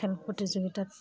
খেল প্ৰতিযোগিতাত